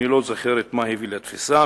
אני לא זוכרת מה הביא לתפיסה,